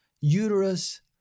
Uterus